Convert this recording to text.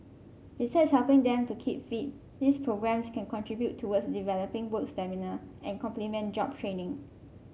besides helping them to keep fit these programmes can contribute towards developing work stamina and complement job training